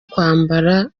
kwambara